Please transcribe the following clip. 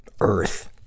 earth